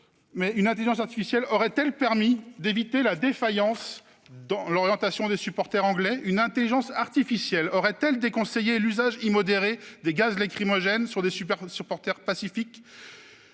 effet, l'intelligence artificielle aurait-elle permis d'éviter la défaillance dans l'orientation des supporters anglais ? L'intelligence artificielle aurait-elle déconseillé l'usage immodéré des gaz lacrymogènes sur des supporters pacifiques ?